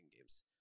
games